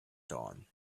dawn